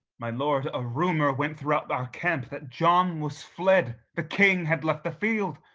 my lord, a rumor went throughout our camp, that john was fled, the king had left the field.